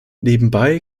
nebenbei